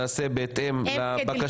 לא, זה סילמן עם ניר אורבך, זו ועדת הכנסת.